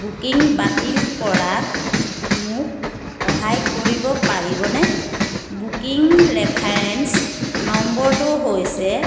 booking বাতিল কৰাত মোক সহায় কৰিব পাৰিবনে বুকিং ৰেফাৰেঞ্চ নম্বৰটো হৈছে